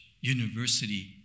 university